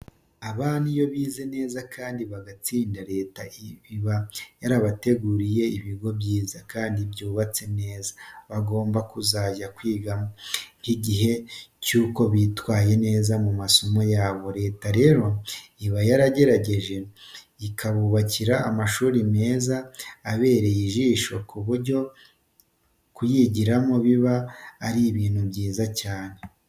Abana iyo bize neza kandi bagatsinda Leta iba yarabateguriye ibigo byiza, kandi byubatse neza bagomba kuzajya kwigiramo nk'igihembo cyuko bitwaye neza mu masomo yabo. Leta rero iba yaragerageje ikabubakira amashuri meza abereye ijisho ku buryo kuyigiramo biba ari ibintu byiza cyane.